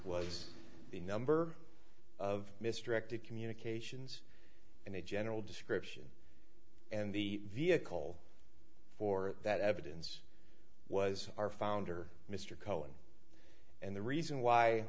was the number of misdirected communications and the general description and the vehicle for that evidence was our founder mr cohen and the reason why